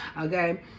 okay